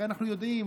הרי אנחנו יודעים,